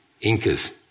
Incas